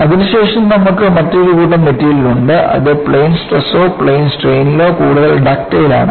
അതിനുശേഷം നമുക്ക് മറ്റൊരു കൂട്ടം മെറ്റീരിയൽ ഉണ്ട് അത് പ്ലെയിൻ സ്ട്രെസ്ലോ പ്ലെയിൻ സ്ട്രെനിലോ കൂടുതൽ ഡക്റ്റൈൽ ആണ്